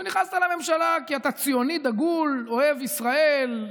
ונכנסת לממשלה כי אתה ציוני דגול, אוהב ישראל,